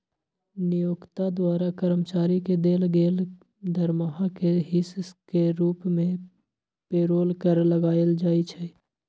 नियोक्ता द्वारा कर्मचारी के देल गेल दरमाहा के हिस के रूप में पेरोल कर लगायल जाइ छइ